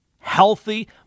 healthy